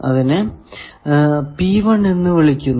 അതിനെ എന്ന് വിളിക്കുന്നു